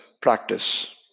practice